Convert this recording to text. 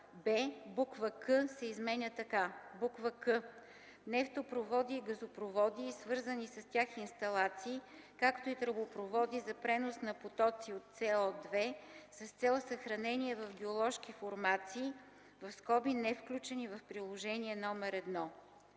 буква „к” се изменя така: „к) нефтопроводи и газопроводи и свързани с тях инсталации, както и тръбопроводи за пренос на потоци от CO2 с цел съхранение в геоложки формации (невключени в Приложение №